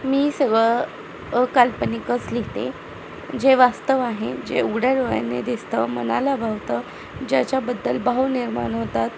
मी सगळं अकाल्पनिकच लिहिते जे वास्तव आहे जे उघड्या डोळ्यानी दिसतं मनाला भावतं ज्याच्याबद्दल भाव निर्माण होतात